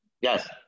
Yes